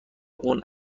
اون